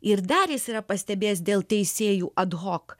ir dar jis yra pastebėjęs dėl teisėjų ad hok